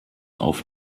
auf